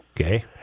Okay